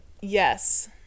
yes